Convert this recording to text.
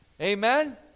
Amen